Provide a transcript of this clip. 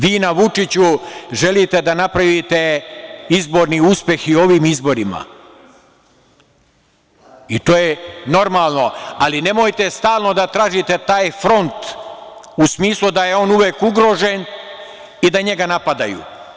Vi na Vučiću želite da napravite izborni uspeh i u ovim izborima, i to je normalno, ali nemojte stalno da tražite taj front u smislu da je on uvek ugrožen i da njega napadaju.